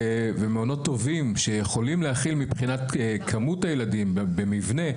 מעונות טובים שיכולים להכיל מבחינת כמות הילדים במבנה,